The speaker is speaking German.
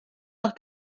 nach